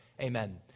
amen